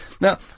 Now